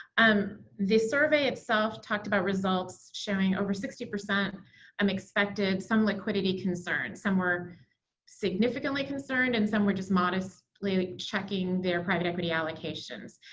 um the survey itself talked about results showing over sixty percent um expected some liquidity concerns. some were significantly concerned. and some were just modestly checking their private equity allocations.